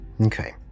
Okay